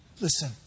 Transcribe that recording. Listen